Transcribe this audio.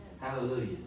Hallelujah